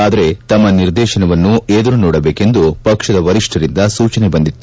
ಆದರೆ ತಮ್ನ ನಿರ್ದೇಶನವನ್ನು ಎದುರು ನೋಡಬೇಕೆಂದು ಪಕ್ಷದ ವರಿಷ್ಠರಿಂದ ಸೂಚನೆ ಬಂದಿತ್ತು